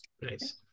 nice